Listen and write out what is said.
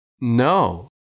No